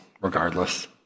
regardless